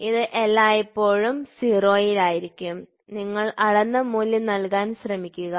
ഇത് എല്ലായ്പ്പോഴും 0 ൽ ആയിരിക്കും നിങ്ങൾ അളന്ന മൂല്യം നൽകാൻ ശ്രമിക്കുക